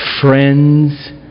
Friends